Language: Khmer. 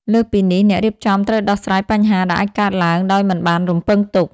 លើសពីនេះ អ្នករៀបចំត្រូវដោះស្រាយបញ្ហាដែលអាចកើតឡើងដោយមិនបានរំពឹងទុក។